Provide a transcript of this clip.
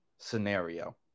scenario